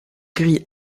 gris